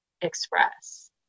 express